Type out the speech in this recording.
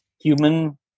human